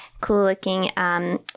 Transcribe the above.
cool-looking